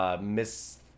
Miss